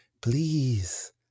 please